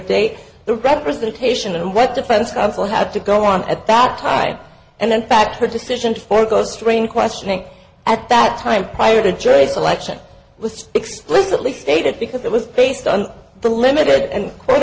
the representation and what defense counsel had to go on at that time and in fact her decision to forgo strain questioning at that time prior to jury selection was explicitly stated because it was based on the limited and quote